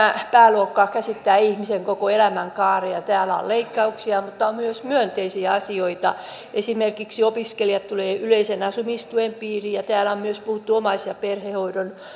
pääluokka käsittää ihmisen koko elämänkaaren ja täällä on leikkauksia mutta on myös myönteisiä asioita esimerkiksi opiskelijat tulevat yleisen asumistuen piiriin ja täällä on myös puhuttu omais ja perhehoitoon